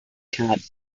card